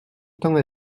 temps